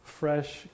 fresh